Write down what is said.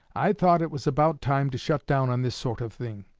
i thought it was about time to shut down on this sort of thing.